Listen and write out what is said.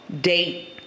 date